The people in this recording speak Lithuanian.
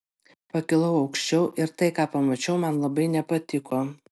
pakilau aukščiau ir tai ką pamačiau man labai nepatiko